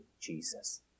Jesus